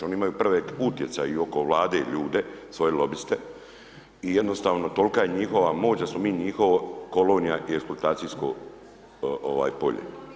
Oni imaju ... utjecaj i oko Vlade ljude, svoje lobiste i jednostavno tolika je njihova moć da smo mi njihova kolonija i eksploatacijsko polje.